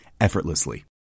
effortlessly